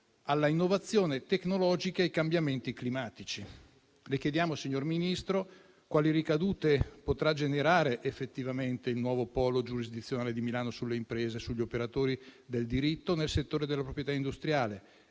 all'innovazione tecnologica e ai cambiamenti climatici. Le chiediamo, signor Ministro, quali ricadute potrà generare effettivamente il nuovo polo giurisdizionale di Milano sulle imprese, sugli operatori del diritto nel settore della proprietà industriale,